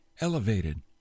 elevated